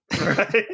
Right